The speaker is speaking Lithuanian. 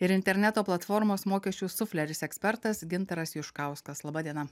ir interneto platformos mokesčių sufleris ekspertas gintaras juškauskas laba diena